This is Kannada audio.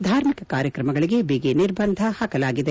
ಧಾರ್ಮಿಕ ಕಾರ್ಯಕ್ರಮಗಳಿಗೆ ಬಿಗಿ ನಿರ್ಬಂಧ ಹಾಕಲಾಗಿದೆ